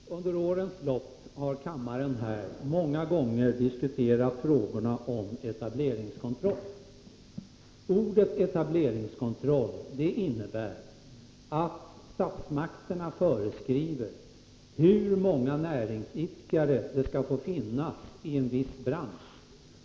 Herr talman! Under årens lopp har kammaren många gånger diskuterat frågor om etableringskontroll. Ordet etableringskontroll innebär att statsmakterna föreskriver hur många näringsidkare som skall få finnas i en viss bransch.